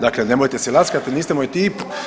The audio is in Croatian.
Dakle, nemojte si laskati niste moj tip.